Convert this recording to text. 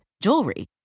jewelry